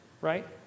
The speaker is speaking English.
right